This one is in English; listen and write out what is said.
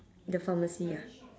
the pharmacy ah